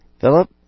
Philip